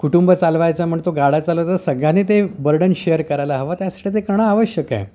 कुटुंब चालवायचा म्हणजे तो गाडा चालवायचा सगळ्याने ते बर्डन शेअर करायला हवं त्यासाठी ते करणं आवश्यक आहे